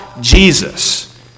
Jesus